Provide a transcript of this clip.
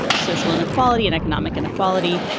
social inequality and economic inequality.